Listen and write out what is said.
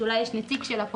ואולי יש לה פה נציג בזום.